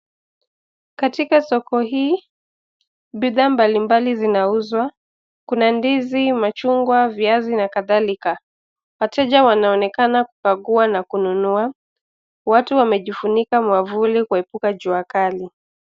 Katika soko hii, bidhaa mbalimbali zinauzwa, kuna ndizi, machungwa, viazi na kadhalika, wateja wanaonekana kubagua na kununua, watu wamejifunika mwavuli kuepuka jua kali.